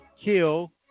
kill